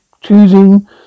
choosing